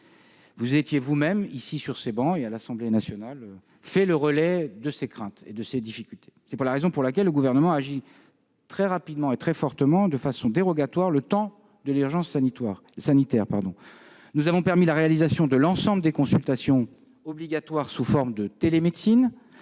Ici même, sur ces travées, et à l'Assemblée nationale les parlementaires se sont fait le relais de ces craintes et de ces difficultés. C'est la raison pour laquelle le Gouvernement a agi très rapidement et très fortement, de façon dérogatoire, le temps de l'urgence sanitaire. Nous avons permis la réalisation de l'ensemble des consultations obligatoires sous forme de télémédecine,